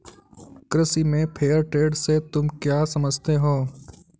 कृषि में fair trade से तुम क्या समझते हो?